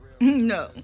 No